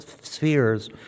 spheres